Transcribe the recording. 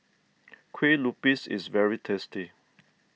Kue Lupis is very tasty